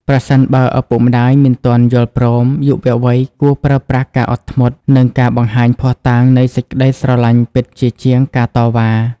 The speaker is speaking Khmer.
ប្រសិនបើឪពុកម្ដាយមិនទាន់យល់ព្រម យុវវ័យគួរប្រើប្រាស់ការអត់ធ្មត់ និងការបង្ហាញភស្តុតាងនៃសេចក្ដីស្រឡាញ់ពិតជាជាងការតវ៉ា។